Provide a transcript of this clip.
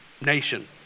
nation